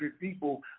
people